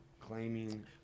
claiming